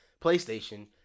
PlayStation